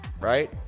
right